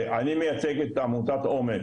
מייצג את עמותת אומץ,